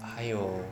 还有